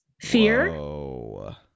fear